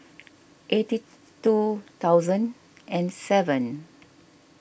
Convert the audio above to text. eighty two thousand and seven